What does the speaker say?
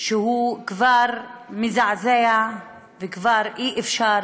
שהוא כבר מזעזע וכבר אי-אפשר